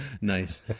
Nice